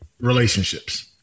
relationships